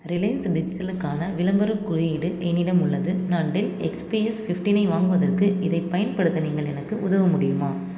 Reliance டிஜிட்டலுக்கான விளம்பரக் குறியீடு என்னிடம் உள்ளது நான் டெல் எக்ஸ்பிஎஸ் ஃபிஃப்ட்டினை வாங்குவதற்கு இதைப் பயன்படுத்த நீங்கள் எனக்கு உதவ முடியுமா